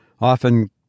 often